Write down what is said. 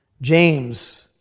James